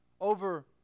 over